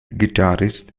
guitarists